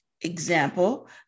Example